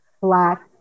black